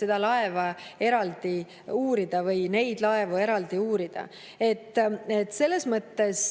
seda laeva eraldi uurida või neid laevu eraldi uurida. Selles mõttes